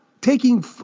taking